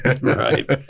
Right